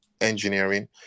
engineering